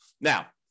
Now